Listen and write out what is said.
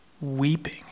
weeping